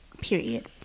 Period